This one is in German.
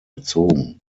erzogen